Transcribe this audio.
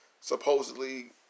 supposedly